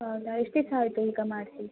ಹೌದಾ ಎಷ್ಟು ದಿವಸ ಆಯಿತು ಈಗ ಮಾಡಿಸಿ